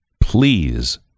Please